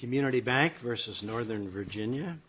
community bank versus northern virginia